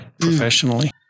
professionally